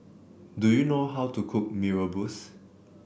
do you know how to cook Mee Rebus